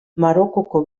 marokoko